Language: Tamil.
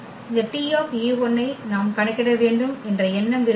இந்த T ஐ நாம் கணக்கிட வேண்டும் என்ற எண்ணம் இருந்தது